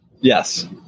Yes